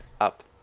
up